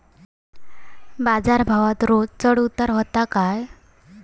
बाजार भावात रोज चढउतार व्हता काय?